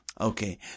Okay